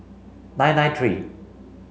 nine nine three